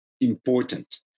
important